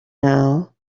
now